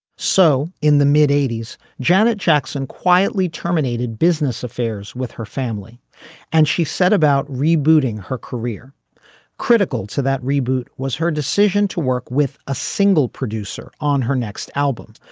so in the mid eighty s janet jackson quietly terminated business affairs with her family and she set about rebooting her career critical to that reboot was her decision to work with a single producer on her next album.